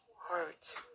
hearts